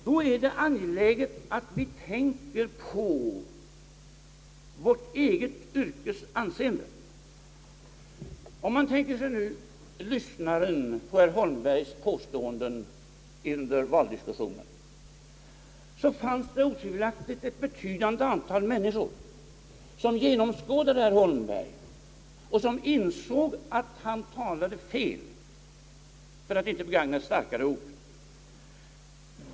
Då är det angeläget att vi tänker på vårt eget yrkes anseende. Bland dem som lyssnade till herr Holmbergs påståenden under valdebatten fanns det otvivelaktigt ett betydande antal människor som genomskådade herr Holmberg och insåg att han hade fel, för att inte begagna ett starkare uttryck.